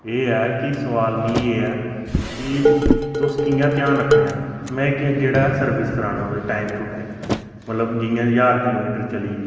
एह् ऐ कि सोआल मिगी एह् ऐ कि तुस कि'यां ध्यान रक्खने आं मैं केह् जेह्ड़ा सर्विस कराना ओह्दी टाइम टू टाइम मतलब जियां ज्हार किलोमीटर चली